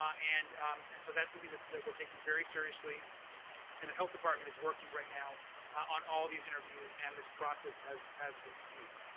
um and and so that's something that we're taking very seriously and the health department is working right now on all these interviews and this process as as we speak.